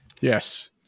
Yes